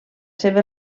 seves